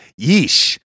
Yeesh